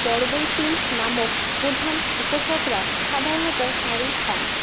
পর্বৈতীন নামক প্রধান উপাসকরা সাধারণত নারী হন